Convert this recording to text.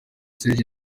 serge